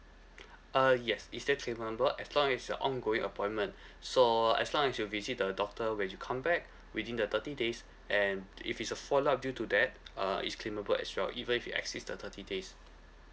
uh yes is still claimable as long as you're ongoing appointment so as long as you visit the doctor when you come back within the thirty days and if it's a follow up due to that uh is claimable as well even if you exceeds the thirty days